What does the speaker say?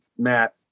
matt